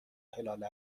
هلال